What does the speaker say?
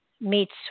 meets